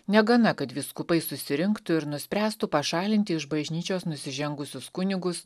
negana kad vyskupai susirinktų ir nuspręstų pašalinti iš bažnyčios nusižengusius kunigus